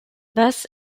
thus